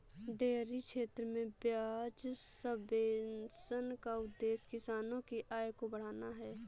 dairy क्षेत्र में ब्याज सब्वेंशन का उद्देश्य किसानों की आय को बढ़ाना है